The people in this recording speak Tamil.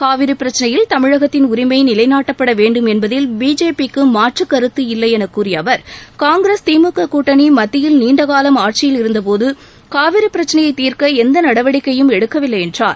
காவிரி பிரச்சினையில் தமிழகத்தின் உரிமை நிலைநாட்டப்பட வேண்டும் என்பதில் பிஜேபிக்கு மாற்றுக்கருத்து இல்லை என கூறிய அவர் காங்கிரஸ் திமுக கூட்டணி மத்தியில் நீண்ட காலம் ஆட்சியில் இருந்த போது காவிரி பிரச்சினையை தீர்க்க எந்த நடவடிக்கையும் எடுக்கவில்லை என்றார்